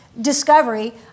discovery